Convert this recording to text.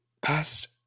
past